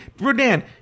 Rodan